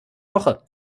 woche